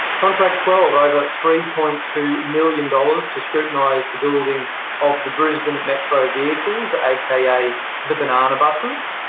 contract twelve, over three point two million dollars to scrutinise the building of the brisbane metro vehicles, aka the banana buses.